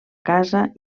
casa